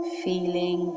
feeling